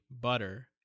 butter